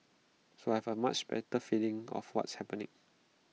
so I have A much better feeling of what's happening